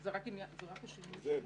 זה רק השינוי של המספר.